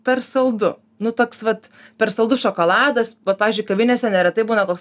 per saldu nu toks vat per saldus šokoladas vat pavyzdžiui kavinėse neretai būna koks